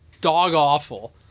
dog-awful